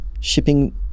shipping